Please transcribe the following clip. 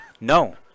No